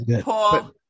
Paul